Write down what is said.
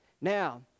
Now